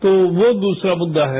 तो वो दूसरा मुद्दा है